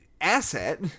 asset